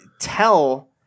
tell